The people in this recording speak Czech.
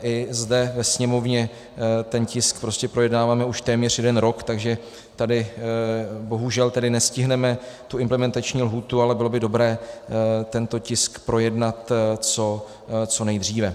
I zde ve Sněmovně ten tisk projednáváme už téměř jeden rok, takže tady bohužel nestihneme implementační lhůtu, ale bylo by dobré tento tisk projednat co nejdříve.